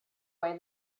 way